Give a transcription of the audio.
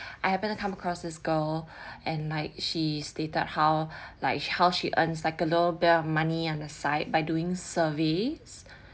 I happened to come across this girl and like she stated how like sh~ how she earns like a little bit of money on the side by doing surveys